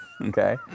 Okay